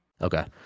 okay